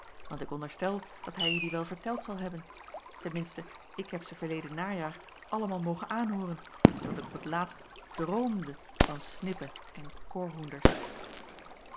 want ik onderstel dat hij je die wel verteld zal hebben ten minste ik heb ze verleden najaar allemaal mogen aanhooren zoodat ik op t laatst droomde van snippen en